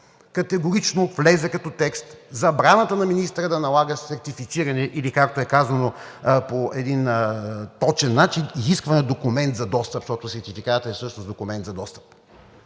Категорично влезе като текст забраната на министъра да налага сертифициран, или както е казано по един точен начин, изискване на документ за достъп, защото сертификатът всъщност е документ за достъп,